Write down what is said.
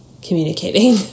communicating